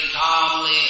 calmly